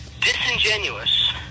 disingenuous